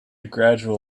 gradual